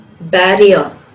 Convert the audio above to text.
Barrier